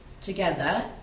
together